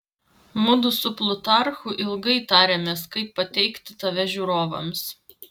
mudu su plutarchu ilgai tarėmės kaip pateikti tave žiūrovams